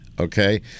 okay